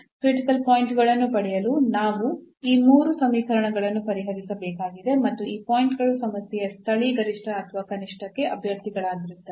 critical point ಗಳನ್ನು ಪಡೆಯಲು ನಾವು ಈ ಮೂರು ಸಮೀಕರಣಗಳನ್ನು ಪರಿಹರಿಸಬೇಕಾಗಿದೆ ಮತ್ತು ಆ ಪಾಯಿಂಟ್ ಗಳು ಸಮಸ್ಯೆಯ ಸ್ಥಳೀಯ ಗರಿಷ್ಠ ಅಥವಾ ಕನಿಷ್ಠಕ್ಕೆ ಅಭ್ಯರ್ಥಿಗಳಾಗಿರುತ್ತವೆ